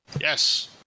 Yes